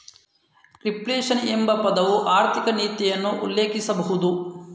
reflation ಎಂಬ ಪದವು ಆರ್ಥಿಕ ನೀತಿಯನ್ನು ಉಲ್ಲೇಖಿಸಬಹುದು